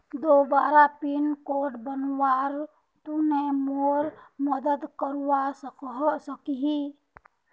दोबारा pin code बनवात तुई मोर मदद करवा सकोहिस?